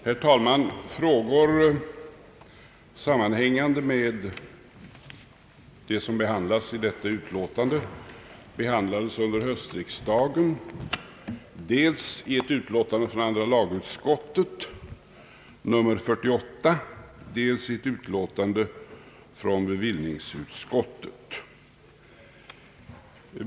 Herr talman! Frågor sammanhängande med de som tas upp i föreliggande utlåtande behandlades under höstriksdagen dels i andra lagutskottets utlåtande nr 48, dels i ett betänkande från bevillningsutskottet.